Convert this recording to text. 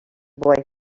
boy